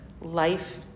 Life